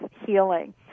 healing